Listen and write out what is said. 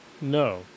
No